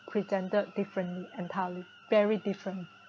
presented different entirely very different